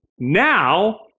now